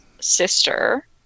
Sister